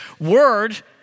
word